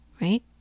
Right